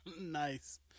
Nice